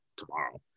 tomorrow